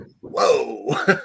whoa